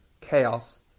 chaos